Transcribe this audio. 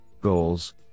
goals